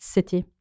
City